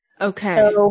Okay